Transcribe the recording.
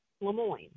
Lemoyne